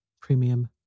Premium